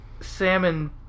salmon